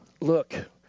look